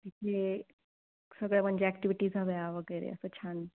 तिथे सगळ्या म्हणजे ॲक्टिविटीज हव्या वगैरे असं छान